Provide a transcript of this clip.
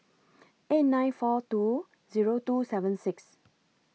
eight nine four two Zero two seven six